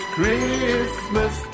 Christmas